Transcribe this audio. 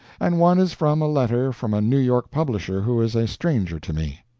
and one is from a letter from a new york publisher who is a stranger to me.